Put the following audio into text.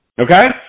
okay